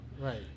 right